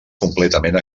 completament